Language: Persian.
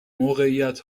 موقعیت